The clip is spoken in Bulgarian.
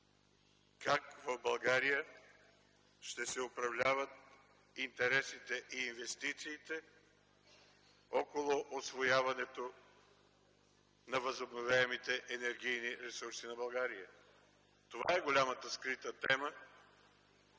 как в България ще се управляват интересите и инвестициите около усвояването на възобновяемите енергийни ресурси на България. Това е голямата скрита тема,